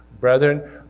Brethren